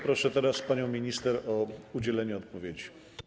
Proszę teraz panią minister o udzielenie odpowiedzi.